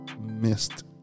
missed